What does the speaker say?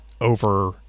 over